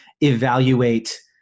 evaluate